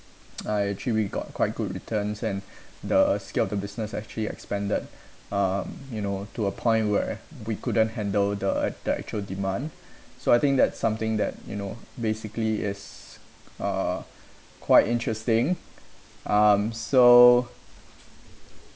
actually we got quite good returns and the scale the business actually expanded um you know to a point where we couldn't handle the the actual demand so I think that something that you know basically is uh quite interesting um so